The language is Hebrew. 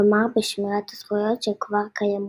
כלומר בשמירת הזכויות שכבר קיימות.